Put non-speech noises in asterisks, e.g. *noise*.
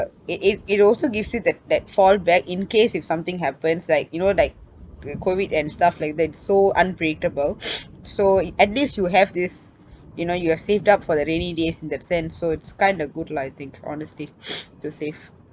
uh it it it also gives you that that fallback in case if something happens like you know like COVID and stuff like that so unpredictable *noise* so at least you have this you know you have saved up for the rainy days in that sense so it's kinda good lah I think honestly to save